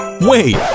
Wait